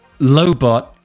Lobot